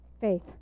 faith